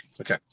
Okay